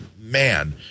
man